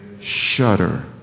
shudder